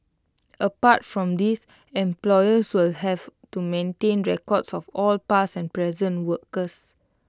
apart from these employers will also have to maintain records of all past and present workers